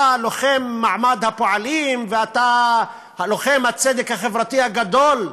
אתה לוחם מעמד הפועלים ואתה לוחם הצדק החברתי הגדול,